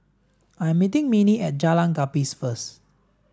I'm meeting Minnie at Jalan Gapis first